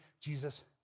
Jesus